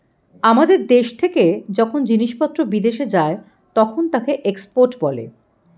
আমাদের দেশ থেকে যখন জিনিসপত্র বিদেশে যায় তখন তাকে এক্সপোর্ট বলে